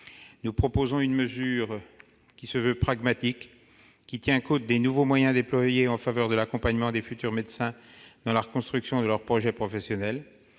Nous proposons une mesure qui se veut pragmatique, tenant compte des nouveaux moyens déployés en faveur de l'accompagnement des futurs médecins dans la construction de leur projet professionnel.